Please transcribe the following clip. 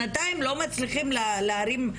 שנתיים לא מצליחים להרים,